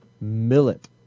millet